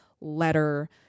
letter